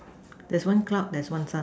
that's one cloud that's one sun